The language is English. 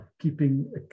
keeping